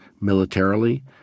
militarily